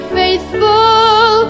faithful